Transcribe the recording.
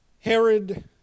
Herod